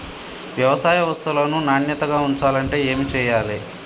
వ్యవసాయ వస్తువులను నాణ్యతగా ఉంచాలంటే ఏమి చెయ్యాలే?